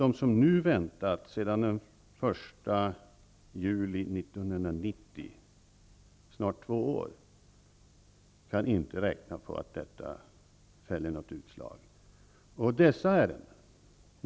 De som nu väntat sedan den 1 juli 1990, snart två år, kan inte räkna med att väntetiden är avgörande för beslutet.